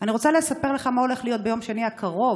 אני רוצה לספר לך מה הולך להיות ביום שני הקרוב